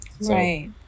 Right